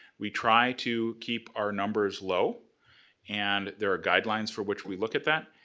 we try to keep our numbers low and there are guidelines for which we look at that.